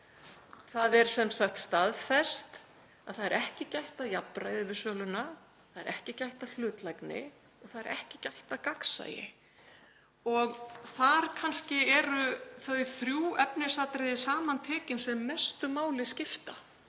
Það er sem sagt staðfest að það er ekki gætt að jafnræði við söluna, það er ekki gætt hlutlægni og það er ekki gætt að gagnsæi. Þar eru kannski þau þrjú efnisatriði samantekin sem mestu máli skipta